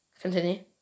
continue